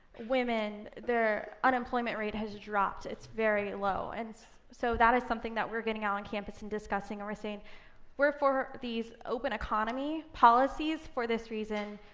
women, their unemployment rate has dropped. it's very low. and so that is something that we're getting out on campus and discussing. and we're saying we're for these open economy policies for this reason,